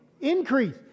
increase